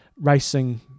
racing